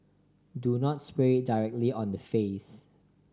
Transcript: do not spray directly on the face